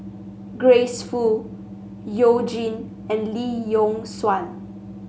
Grace Fu You Jin and Lee Yock Suan